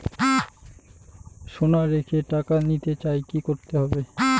সোনা রেখে টাকা নিতে চাই কি করতে হবে?